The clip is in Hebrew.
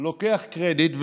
לוקח קרדיט,